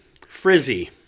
frizzy